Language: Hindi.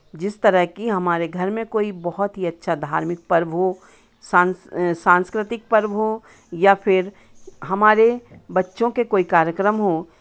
जिस तरह कि हमारे घर में कोई बहुत ही अच्छा धार्मिक पर्व हो सांस सांस्कृतिक पर्व हो या फिर हमारे बच्चों के कोई कार्यक्रम हों